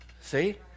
See